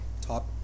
top